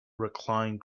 reclined